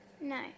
No